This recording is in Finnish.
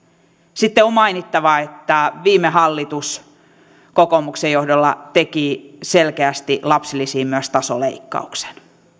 sitten on mainittava että viime hallitus kokoomuksen johdolla teki selkeästi lapsilisiin myös tasoleikkauksen